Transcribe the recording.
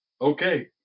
okay